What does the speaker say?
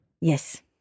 Yes